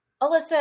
Alyssa